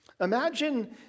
Imagine